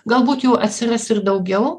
galbūt jų atsiras ir daugiau